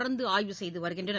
தொடர்ந்து ஆய்வு செய்து வருகின்றனர்